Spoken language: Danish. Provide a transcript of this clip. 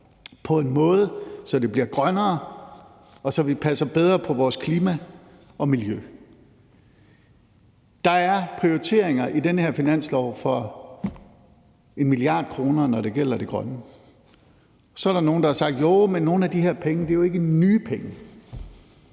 på en måde, så det bliver grønnere, og så vi passer bedre på vores klima og miljø. Der er prioriteringer i det her forslag til finanslov for 1 mia. kr., når det gælder det grønne. Så er der nogle, som har sagt: Jo, men de her penge er jo ikke nye penge.